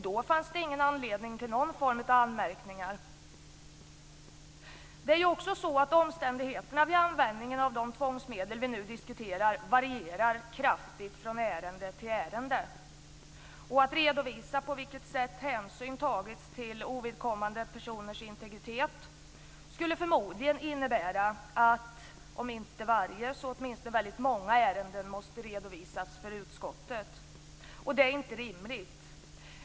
Då fanns det ingen anledning till någon form av anmärkningar. Omständigheterna vid användningen av de tvångsmedel som vi nu diskuterar varierar ju också kraftigt från ärende till ärende. Och att redovisa på vilket sätt hänsyn har tagits till ovidkommande personers integritet skulle förmodligen innebära att väldigt många ärenden - om inte varje - måste redovisas för utskottet. Och det är inte rimligt.